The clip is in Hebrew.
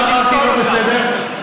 מה אמרתי לא בסדר?